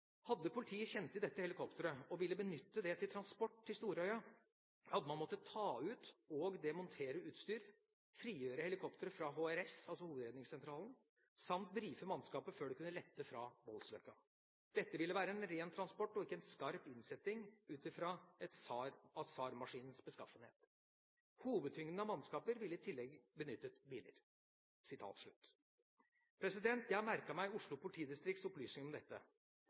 hadde man måttet ta ut [og] demontere utstyr, frigjøre helikopteret fra HRS», altså Hovedredningssentralen, «samt briefe mannskapet før det kunne lette fra Voldsløkka. Dette ville vært en ren transport og ikke en skarp innsetting ut fra SAR-maskinens beskaffenhet. Hovedtyngden av mannskaper ville i tillegg benyttet biler …» Jeg har merket meg Oslo politidistrikts opplysninger om dette.